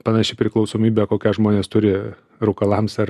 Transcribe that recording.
panaši priklausomybė kokias žmonės turi rūkalams ar